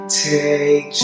take